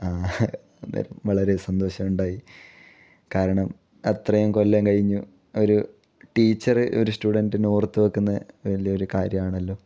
ആ എന്തായാലും വളരെ സന്തോഷം ഉണ്ടായി കാരണം അത്രയും കൊല്ലം കഴിഞ്ഞു ഒരു ടീച്ചർ ഒരു സ്റ്റുഡന്റിനെ ഓർത്ത് വയ്ക്കുന്നത് വലിയൊരു കാര്യമാണല്ലോ